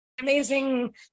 amazing